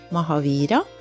Mahavira